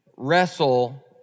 wrestle